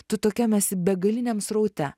tu tokiam esi begaliniam sraute